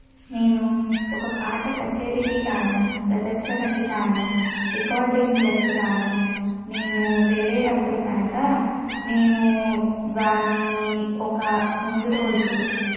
నేను ఒక పాట కచేరేకి కానీ ప్రదర్శనకి కానీ రికార్డింగ్లకి కానీ నేను వెళ్ళేడప్పుడు కనుక నేను దాన్ని ఒక ముందు రోజు